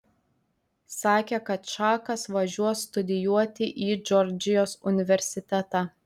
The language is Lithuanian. sakė kad čakas važiuos studijuoti į džordžijos universitetą